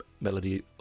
Melody